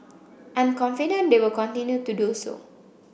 I'm confident they will continue to do so